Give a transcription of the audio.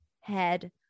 head